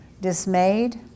dismayed